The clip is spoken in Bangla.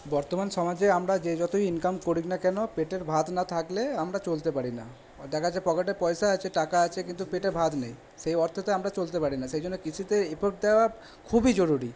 বর্তমান সমাজে আমরা যে যতোই ইনকাম করি না কেনো পেটের ভাত না থাকলে আমরা চলতে পারি না দেখা গেছে পকেটে পয়সা আছে টাকা আছে কিন্তু পেটে ভাত নেই সেই অর্থতে আমরা চলতে পারি না সেই জন্যে কৃষিতে এফোর্ট দেওয়া খুবই জরুরি